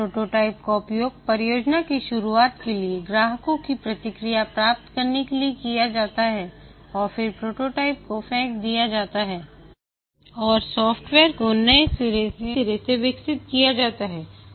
prototype का उपयोग परियोजना की शुरुआत के लिए ग्राहकों की प्रतिक्रिया प्राप्त करने के लिए किया जाता है और फिर प्रोटोटाइप को फेंक दिया जाता है और सॉफ्टवेयर को नए सिरे से विकसित किया जाता है